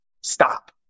stop